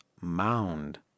mound